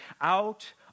Out